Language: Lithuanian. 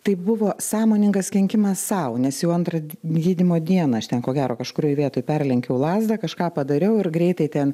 tai buvo sąmoningas kenkimas sau nes jau antrą gydymo dieną aš ten ko gero kažkurioj vietoj perlenkiau lazdą kažką padariau ir greitai ten